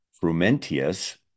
Frumentius